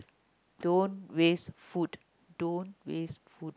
don't waste food don't waste food